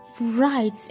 Right